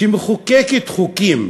שמחוקקת חוקים,